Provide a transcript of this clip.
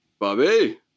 Bobby